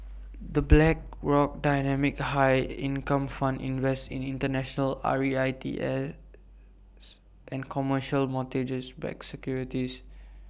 the Blackrock dynamic high income fund invests in International R E I T S and commercial mortgage backed securities